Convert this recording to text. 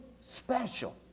special